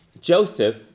Joseph